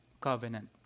covenant